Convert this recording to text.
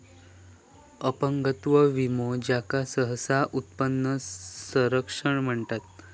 अपंगत्व विमो, ज्याका सहसा उत्पन्न संरक्षण म्हणतत